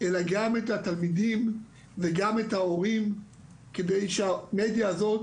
אלא גם את התלמידים וגם את ההורים כדי שהמדיה הזאת